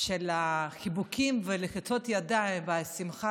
של החיבוקים ולחיצות הידיים והשמחה